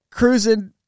Cruising